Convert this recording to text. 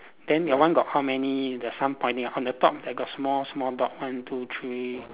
then your one got how many the sun pointing on the top like got small small dot one two three